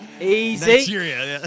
Easy